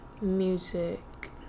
music